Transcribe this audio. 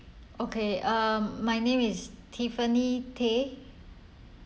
okay um my name is tiffany tay